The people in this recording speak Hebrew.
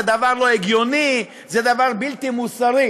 זה דבר לא הגיוני וזה דבר בלתי מוסרי.